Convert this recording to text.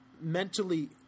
mentally